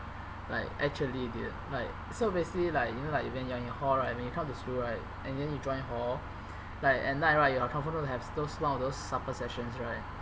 like actually weird like so basically like you know like when you are in hall right when you come to school right and then you join hall like at night right you are comfortable to have s~ those one of those supper sessions right